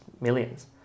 millions